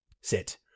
sit